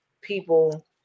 people